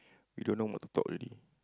we don't know what to talk already